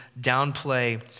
downplay